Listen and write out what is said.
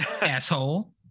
asshole